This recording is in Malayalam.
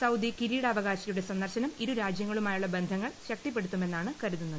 സൌദി കിരീട്ട്വകാശിയുടെ സന്ദർശനം ഇരു രാജ്യങ്ങളുമായുളള ബന്ധങ്ങൾ ശക്തിപ്പെടുത്തുമെന്നാണ് കരുതുന്നത്